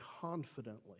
confidently